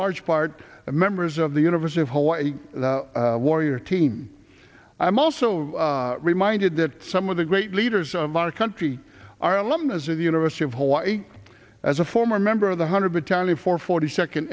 large part members of the university of hawaii warrior team i'm also reminded that some of the great leaders of our country are alumnus of the university of hawaii as a former member of the hundred battalion four forty second